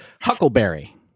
Huckleberry